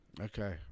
Okay